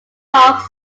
logs